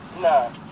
No